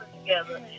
together